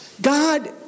God